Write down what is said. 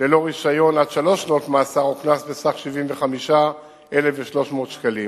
ללא רשיון עד שלוש שנות מאסר או קנס בסך 75,300 שקלים.